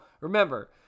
remember